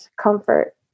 comfort